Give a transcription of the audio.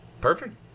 Perfect